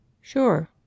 sure